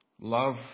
love